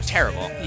terrible